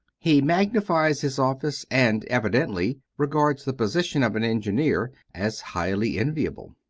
he magnifies his office, and evidently regards the position of an engineer as highly enviable.